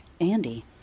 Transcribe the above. Andy